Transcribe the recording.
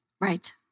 Right